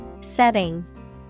setting